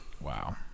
Wow